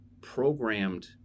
programmed